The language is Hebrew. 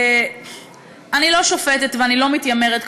אני לא שופטת ואני לא מתיימרת,